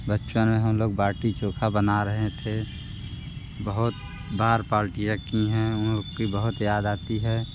बचपन में हम लोग बाटी चोखा बना रहें थे बहोत बार पार्टियाँ की हैं उनकी बहुत याद आती है